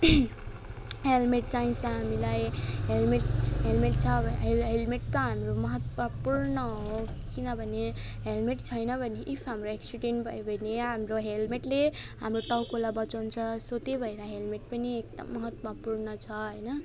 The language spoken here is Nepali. हेलमेट चाहिन्छ हामीलाई हेलमेट हेलमेट छ हेलमेट त महत्त्वपूर्ण हो किनभने हेलमेट छैन भने इफ हाम्रो एक्सिडेन्ट भयो भने हाम्रो हेलमेटले हाम्रो टाउकोलाई बचाउँछ सो त्यही भएर हेलमेट पनि एकदम महत्त्वपूर्ण छ होइन